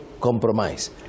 compromise